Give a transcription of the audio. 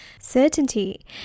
certainty